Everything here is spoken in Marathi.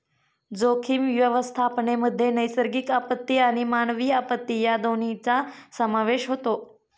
जोखीम व्यवस्थापनामध्ये नैसर्गिक आपत्ती आणि मानवी आपत्ती या दोन्हींचा समावेश होतो